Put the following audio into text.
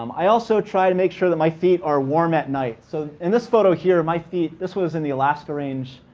um i also try to make sure that my feet are warm at night. so in this photo here, my feet this was in the alaska range.